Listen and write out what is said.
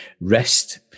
rest